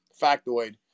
factoid